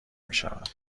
میشود